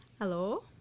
Hello